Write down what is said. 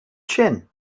chin